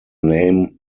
name